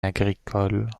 agricole